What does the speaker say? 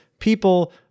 people